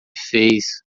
fez